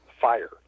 Fire